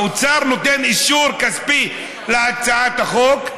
האוצר נותן אישור כספי להצעת החוק,